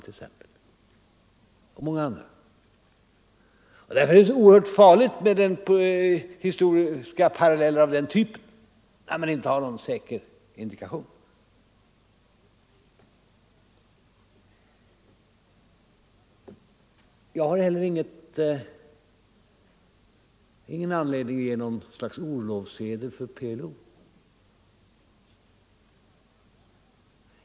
Därför är det så oerhört farligt med historiska paralleller av den typen, när man inte har någon säker indikation. Jag har heller ingen anledning att ge någon orlovssedel för PLO.